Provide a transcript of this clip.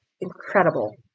incredible